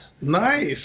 Nice